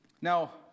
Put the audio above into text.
Now